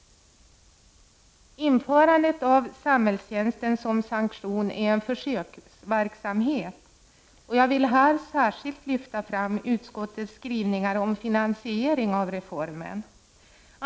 Införandet av samhällstjänsten som sanktion är en försöksverksamhet. Jag vill här särskilt lyfta fram utskottets skrivningar om finansiering av reformen.